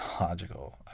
logical